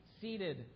seated